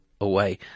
away